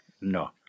No